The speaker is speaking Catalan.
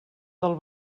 del